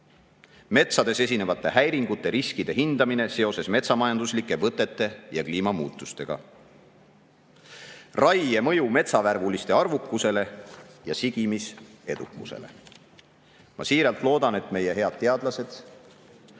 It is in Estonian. "Metsades esinevate häiringute riskide hindamine seoses metsamajanduslike võtete ja kliimamuutustega", "Raie mõju metsavärvuliste arvukusele ja sigimisedukusele". Ma siiralt loodan, et meie head teadlased